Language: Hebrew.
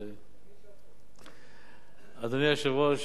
אדוני היושב-ראש,